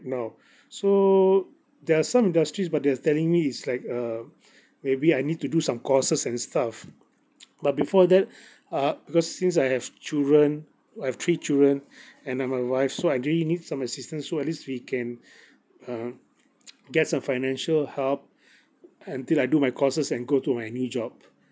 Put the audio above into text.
now so there are some industries but they're telling me is like uh maybe I need to do some courses and stuff but before that uh because since I have children I have three children and then my wife so I really need some assistance so at least we can uh get some financial help until I do my courses and go to my new job